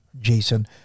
Jason